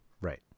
right